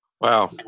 wow